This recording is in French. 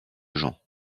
gens